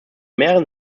mehreren